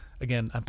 again